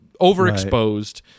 overexposed